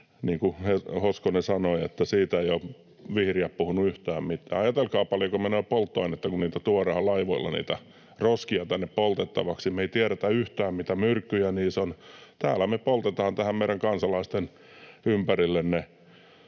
niin kuin Hoskonen sanoi, että siitä eivät ole vihreät puhuneet yhtään mitään. Ajatelkaa, paljonko menee polttoainetta, kun tuodaan laivoilla niitä roskia tänne poltettavaksi. Me ei tiedetä yhtään, mitä myrkkyjä niissä on, ja täällä me poltetaan ne tähän meidän kansalaisten ympärille.